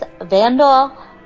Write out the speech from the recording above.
vandal